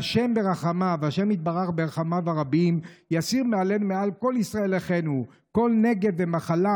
וה' יתברך ברחמיו הרבים יסיר מעלינו ומעל כל ישראל אחינו כל נגף ומחלה,